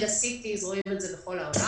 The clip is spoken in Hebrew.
mega cities רואים את זה בכל העולם